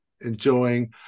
enjoying